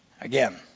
Again